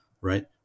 right